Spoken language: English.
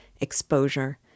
exposure